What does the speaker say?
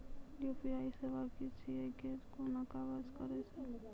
UPI सेवा की छियै? ई कूना काज करै छै?